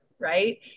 right